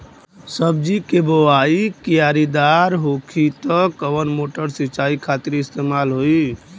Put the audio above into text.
सब्जी के बोवाई क्यारी दार होखि त कवन मोटर सिंचाई खातिर इस्तेमाल होई?